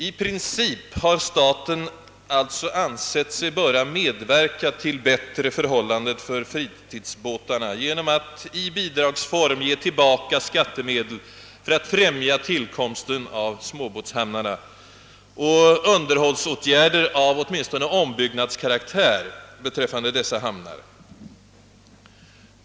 I princip har staten alltså ansett sig böra medverka till bättre förhållanden för fritidsbåtarna genom att i bidragsform ge tillbaka skattemedel för att främja tillkomsten av småbåtshamnar och underhållsåtgärder av ombyggnadskaraktär beträffande dessa.